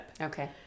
Okay